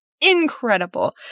incredible